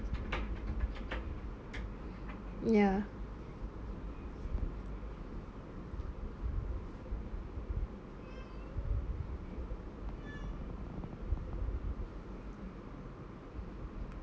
ya